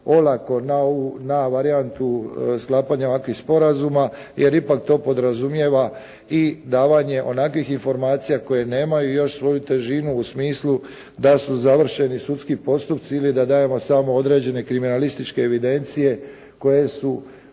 ovu, na varijantu sklapanja ovakvih sporazuma jer ipak to podrazumijeva i davanje onakvih informacija koje nemaju još svoju težinu u smislu da su završeni sudski postupci ili da dajemo samo određene kriminalističke evidencije koje su